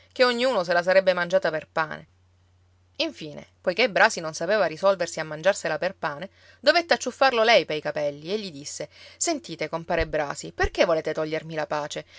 che ognuno se la sarebbe mangiata per pane infine poiché brasi non sapeva risolversi a mangiarsela per pane dovette acciuffarlo lei pei capelli e gli disse sentite compare brasi perché volete togliermi la pace